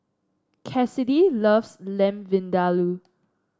Kassidy loves Lamb Vindaloo